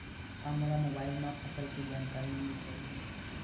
का मोला मोबाइल म फसल के जानकारी मिल पढ़ही?